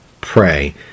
pray